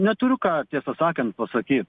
neturiu ką tiesą sakan pasaky